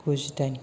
गुजिदाइन